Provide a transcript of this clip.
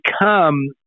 become